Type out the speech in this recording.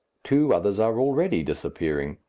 two others are already disappearing.